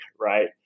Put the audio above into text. right